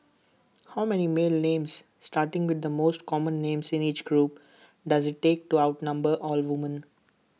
how many male names starting with the most common names in each group does IT take to outnumber all woman